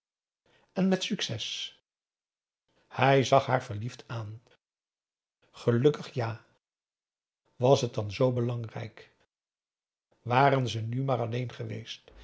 en met succes hij zag haar verliefd aan gelukkig ja was het dan zoo belangrijk waren ze nu maar alleen geweest